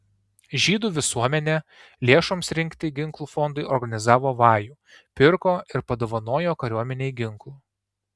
žydų visuomenė lėšoms rinkti ginklų fondui organizavo vajų pirko ir padovanojo kariuomenei ginklų